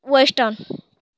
western